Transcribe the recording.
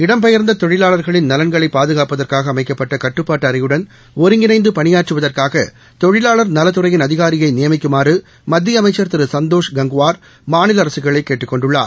இடம்பெயர்ந்த தொழிலாளர்களின் நலன்களை பாதுகாப்பதற்கூக அமைக்கப்பட்ட கட்டுப்பாட்டு அறையுடன் ஒருங்கிணைந்து பணியாற்றுவதற்காக தொழிலாளா நலத்துறையின் அதிகாரியை நியமிக்குமாறு மத்திய அமைச்சா திரு சந்தோஷ் கங்குவார் மாநில அரசுகளை கேட்டுக் கொண்டுள்ளார்